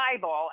Bible